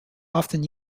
often